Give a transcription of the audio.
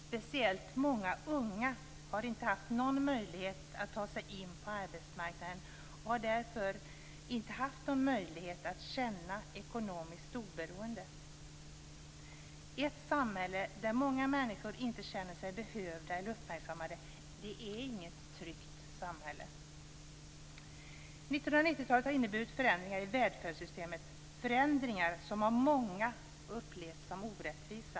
Speciellt många unga har inte haft någon möjlighet att ta sig in på arbetsmarknaden och har därför inte haft någon möjlighet att känna ekonomiskt oberoende. Ett samhälle där många människor inte känner sig behövda eller uppmärksammade är inget tryggt samhälle. 1990-talet har inneburit förändringar i välfärdssystemet - förändringar som av många upplevts som orättvisa.